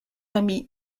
ami